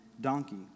donkey